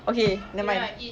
okay nevermind